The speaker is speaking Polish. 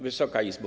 Wysoka Izbo!